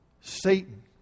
Satan